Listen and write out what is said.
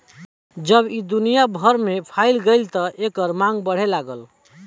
जब ई दुनिया भर में फइल गईल त एकर मांग बढ़े लागल